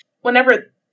Whenever